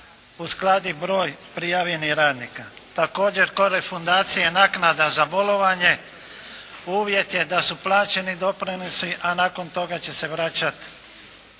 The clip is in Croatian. uskladi broj prijavljenih radnika. Također kod refundacije naknada za bolovanje uvjet je da su plaćeni doprinosi, a nakon toga će se vraćati